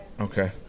Okay